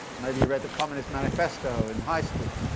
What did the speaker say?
maybe you read the communist manifesto in high school.